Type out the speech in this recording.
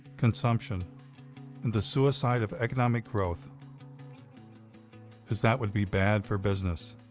consumption and the suicide of economic growth is that would be bad for business.